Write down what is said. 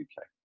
uk